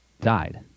died